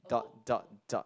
dot dot dot